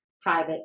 private